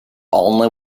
only